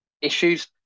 issues